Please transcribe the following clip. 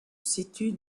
situe